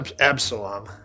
Absalom